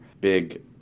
big